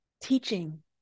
teaching